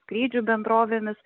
skrydžių bendrovėmis